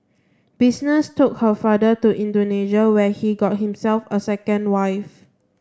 business took her father to Indonesia where he got himself a second wife